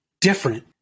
different